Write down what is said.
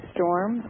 Storm